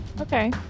Okay